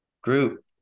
group